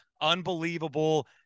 unbelievable